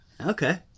Okay